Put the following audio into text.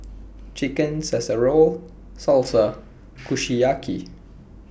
Chicken Casserole Salsa Kushiyaki